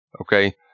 Okay